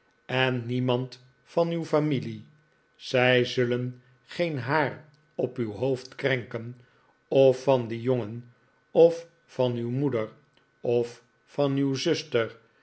en niemand van uw familie zij zullen geen haar op uw hoofd krenken of van dien jongen of van uw moeder of van uw zuster